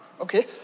Okay